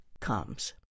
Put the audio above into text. comes